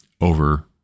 over